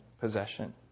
possession